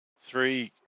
three